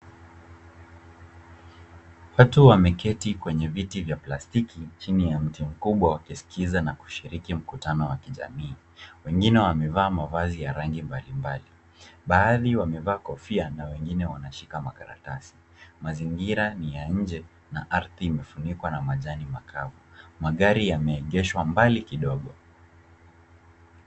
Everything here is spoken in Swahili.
Watu wameketi kwenye viti vya plastiki chini ya mti mkubwa wakiskiza na kushiriki mkutano wa jamii. Wengine wamevaa mavazi ya rangi mbalimbali . Baadhi wamevaa kofia na wengine wameshika makaratasi. Mazingira ni ya nje na ardhi imefunikwa na majani makavu. Magari yameegeshwa mbali kidogo.